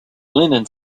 lennon